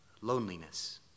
loneliness